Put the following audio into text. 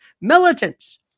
militants